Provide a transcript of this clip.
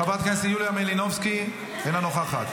חבר הכנסת יואב סגלוביץ' אינו נוכח,